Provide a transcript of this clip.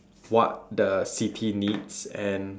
what the city needs and